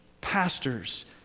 Pastors